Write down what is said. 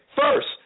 first